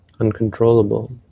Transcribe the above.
Uncontrollable